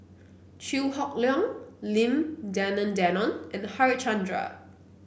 Chew Hock Leong Lim Denan Denon and Harichandra